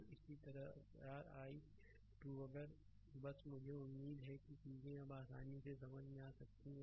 तो और इसी तरह ri 2 अगर बस मुझे उम्मीद है कि यह चीजें अब आसानी से समझ में आ सकती हैं